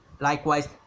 likewise